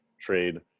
trade